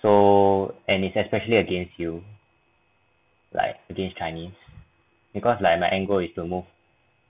so and it's especially against you like against chinese because like my angle is the move